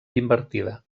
invertida